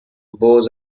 bows